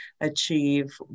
achieve